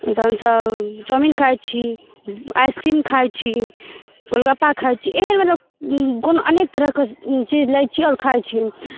तहनसँ चौमिन खाइत छी आइसक्रीम खाइत छी गोलगप्पा खाइत छी एहन मतलब कोनो अनेक तरहके चीज लै छी आओर खाइत छी